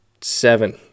seven